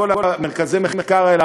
כל מרכזי המחקר האלה,